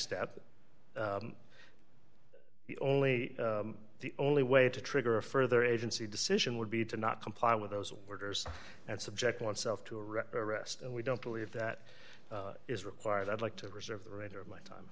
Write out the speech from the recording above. step the only the only way to trigger a further agency decision would be to not comply with those orders and subject oneself to a rest and we don't believe that is required i'd like to reserve the right of my time